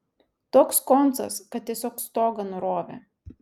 toks koncas kad tiesiog stogą nurovė